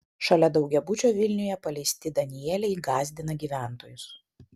šalia daugiabučio vilniuje paleisti danieliai gąsdina gyventojus